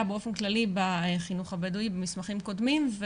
באופן כללי בחינוך הבדואי במסמכים קודמים,